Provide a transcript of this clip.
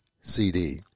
CD